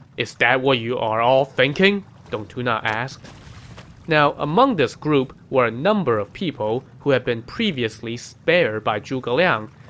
is that what you are all thinking? dong tuna asked now among this group were a number of people who had been previously spared by zhuge liang,